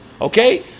Okay